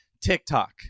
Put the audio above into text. TikTok